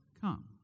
come